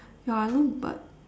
ya I know but